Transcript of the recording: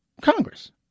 Congress